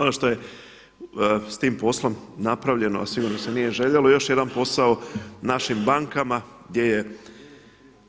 Ono što je s tim poslom napravljeno a sigurno se nije željelo još jedan posao našim bankama gdje je